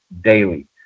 daily